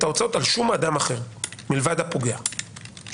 ההוצאות על שום אדם אחר לבד מהפוגע שהורשע.